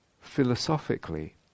philosophically